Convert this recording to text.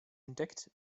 entdeckt